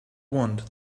want